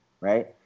right